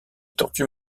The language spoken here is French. tortues